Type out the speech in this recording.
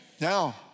Now